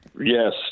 Yes